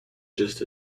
just